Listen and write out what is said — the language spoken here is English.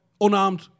Unarmed